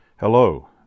Hello